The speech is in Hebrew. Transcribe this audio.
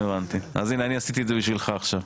אז הנה אני עשיתי אותו בשבילך עכשיו.